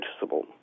noticeable